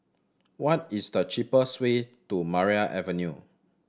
what is the cheapest way to Maria Avenue